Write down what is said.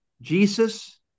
Jesus